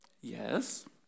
Yes